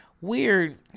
weird